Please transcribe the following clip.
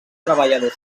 treballador